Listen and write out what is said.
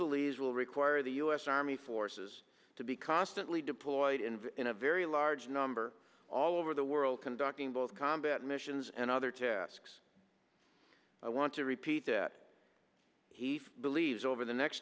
believes will require the u s army forces to be constantly deployed in a very large number all over the world conducting both combat missions and other tasks i want to repeat he philly's over the next